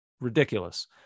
ridiculous